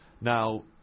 Now